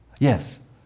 Yes